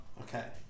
Okay